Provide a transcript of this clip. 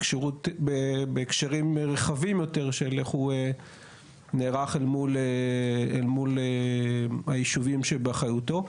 בהקשרים רחבים יותר של איך הוא נערך אל מול היישובים שבאחריותו,